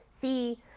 see